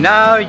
Now